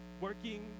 working